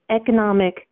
economic